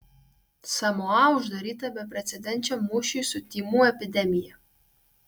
samoa uždaryta beprecedenčiam mūšiui su tymų epidemija